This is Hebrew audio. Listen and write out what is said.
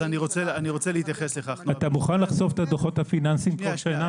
אתה מוכן לחשוף את הדוחות הפיננסיים כל שנה?